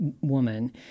woman